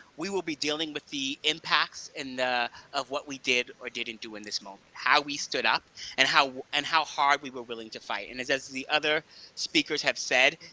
we will be dealing with the impacts and of what we did or didn't do in this moment. how we stood up and how and how hard we were willing to fight. and as as the other speakers have said,